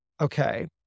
Okay